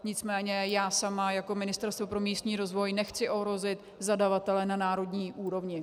Nicméně já sama jako Ministerstvo pro místní rozvoj nechci ohrozit zadavatele na národní úrovni.